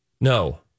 No